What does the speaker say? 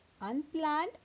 unplanned